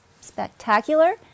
spectacular